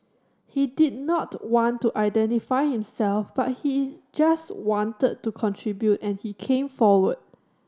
he did not want to identify himself but he just wanted to contribute and he came forward